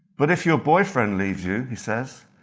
but if your boyfriend leaves you he says.